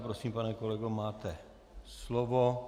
Prosím, pane kolego, máte slovo.